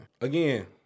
Again